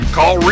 Call